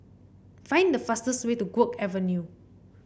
find the fastest way to Guok Avenue